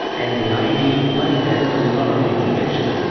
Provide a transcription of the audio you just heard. and the id, like that, a lot of information.